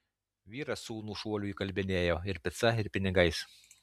vyras sūnų šuoliui įkalbinėjo ir pica ir pinigais